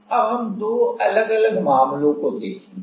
अब हम दो अलग अलग मामलों को देखेंगे